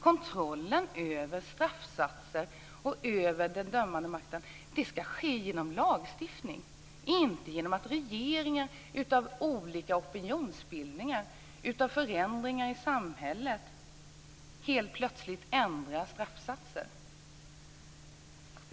Kontrollen över straffsatser och över den dömande makten ska ske genom lagstiftning, inte genom att regeringen utifrån olika opinionsbildningar, utifrån förändringar i samhället, helt plötsligt ändrar straffsatser.